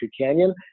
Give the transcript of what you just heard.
canyon